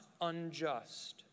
unjust